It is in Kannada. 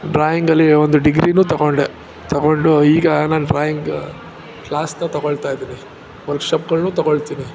ಡ್ರಾಯಿಂಗಲ್ಲಿ ಒಂದು ಡಿಗ್ರಿನೂ ತಗೊಂಡೆ ತಗೊಂಡು ಈಗ ನಾನು ಡ್ರಾಯಿಂಗ್ ಕ್ಲಾಸನ್ನು ತಗೊಳ್ತಾ ಇದ್ದೀನಿ ವರ್ಕ್ಶಾಪ್ಗಳ್ನು ತಗೊಳ್ತೀನಿ